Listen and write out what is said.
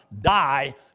die